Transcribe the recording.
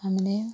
हामीले